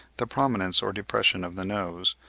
the prominence or depression of the nose,